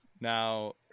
Now